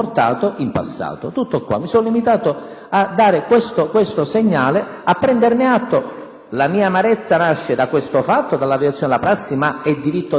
La mia amarezza nasce da questo fatto, dalla violazione di una prassi, ma è diritto dell'Aula cambiare le prassi, non è diritto della Presidenza, perché l'Aula è sovrana.